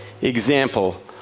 example